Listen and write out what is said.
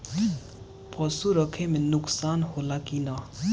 पशु रखे मे नुकसान होला कि न?